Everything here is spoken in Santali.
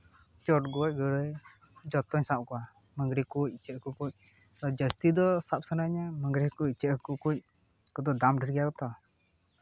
ᱪᱚᱰᱜᱚᱡ ᱜᱟᱹᱲᱟᱹᱭ ᱡᱚᱛᱚᱹᱧ ᱥᱟᱵ ᱠᱚᱣᱟ ᱢᱟᱹᱜᱽᱨᱤ ᱠᱚ ᱤᱧᱟᱹᱜ ᱠᱚ ᱟᱨ ᱡᱟᱹᱥᱛᱤ ᱫᱚ ᱥᱟᱵ ᱥᱟᱱᱟᱧᱟ ᱢᱟᱹᱜᱽᱨᱤ ᱦᱟᱹᱠᱩ ᱤᱪᱟᱹᱜ ᱦᱟᱹᱠᱩ ᱠᱩᱡ ᱠᱚᱫᱚ ᱫᱟᱢ ᱰᱷᱮᱨ ᱜᱮᱭᱟ ᱠᱚᱛᱚ